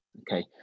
Okay